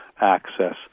access